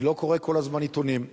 אני לא קורא כל הזמן עיתונים,